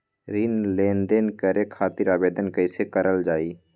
ऋण लेनदेन करे खातीर आवेदन कइसे करल जाई?